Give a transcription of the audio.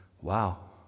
Wow